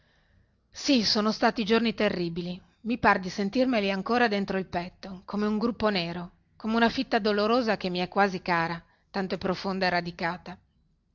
sì sono stati giorni terribili mi par di sentirmeli ancora dentro il petto come un gruppo nero come una fitta dolorosa che mi è quasi cara tanto è profonda e radicata